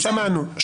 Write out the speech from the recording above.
שמענו.